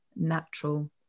natural